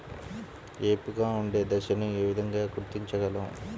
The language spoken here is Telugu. ఏపుగా ఉండే దశను ఏ విధంగా గుర్తించగలం?